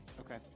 okay